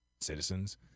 citizens